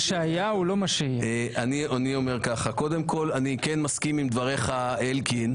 אני כן מסכים עם דבריך, אלקין,